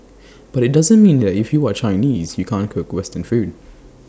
but IT doesn't mean that if you are Chinese you can't cook western food